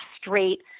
straight